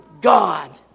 God